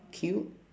cute